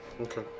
Okay